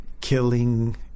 killing